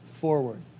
forward